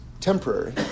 temporary